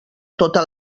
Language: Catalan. tota